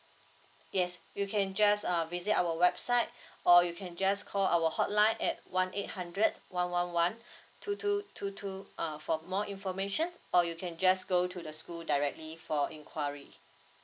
yes you can just err visit our website or you can just call our hotline at one eight hundred one one one two two two two err for more information or you can just go to the school directly for enquiry